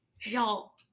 Y'all